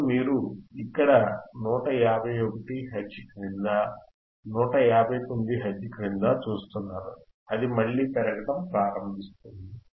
ఇప్పుడు మీరు ఇక్కడ 151 హెర్ట్జ్ క్రింద 159 హెర్ట్జ్ క్రింద చూస్తున్నారు అది మళ్ళీ పెరగడం ప్రారంభిస్తుంది